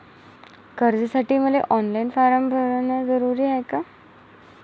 कर्जासाठी मले online form भरन जरुरीच हाय का?